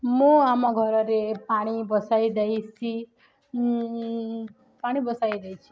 ମୁଁ ଆମ ଘରରେ ପାଣି ବସାଇ ଦେଇଛି ପାଣି ବସାଇ ଦେଇଛି